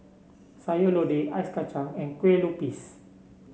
Sayur Lodeh Ice Kacang and Kueh Lupis